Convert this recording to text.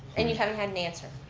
and you haven't had an answer?